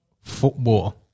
Football